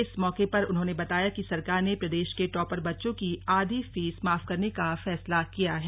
इस मौके पर उन्होंने बताया कि सरकार ने प्रदेश के टॉपर बच्चों की आधी फीस माफ करने का फैसला किया है